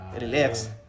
relax